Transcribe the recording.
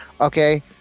Okay